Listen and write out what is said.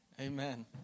amen